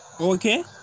okay